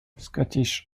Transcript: scottish